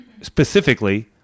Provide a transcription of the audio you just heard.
specifically